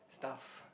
stuff